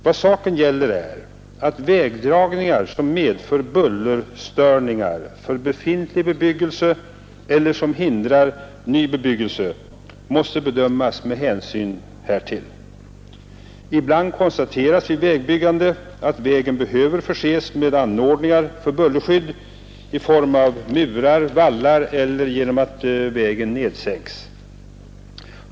Vad saken gäller är vilken hänsyn som måste tas då vägdragningar medför buller för befintlig bebyggelse eller hindrar ny bebyggelse. Ibland konstateras vid vägbyggande att vägen behöver förses med anordningar för bullerskydd i form av murar eller vallar eller genom att vägen nedsänks.